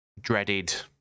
dreaded